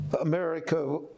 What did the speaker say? America